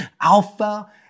alpha